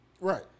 Right